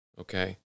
okay